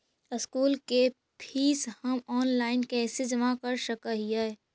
School के fees हम online कैसे जमा कर सक हिय?